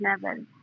level